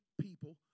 people